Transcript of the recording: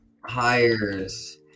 hires